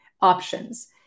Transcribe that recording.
options